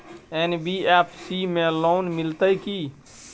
NBFC में loan मिलते की?